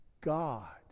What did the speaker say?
God